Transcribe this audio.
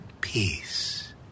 Peace